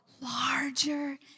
larger